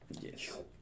Yes